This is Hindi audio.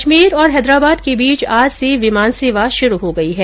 अजमेर और हैदराबाद के बीच आज से विमान सेवा शुरू हो गई है